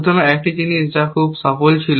সুতরাং একটি জিনিস যা খুব সফল ছিল